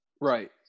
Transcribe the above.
right